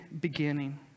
beginning